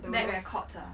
bad records ah